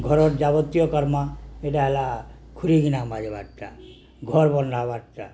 ଘରର ଯାବତୀୟ କର୍ମା ଏଇଟା ହେଲା ଖୁରିକିନା ବାଜବାରଟା ଘର ବନାବାର୍ ଟା